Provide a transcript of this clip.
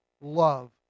love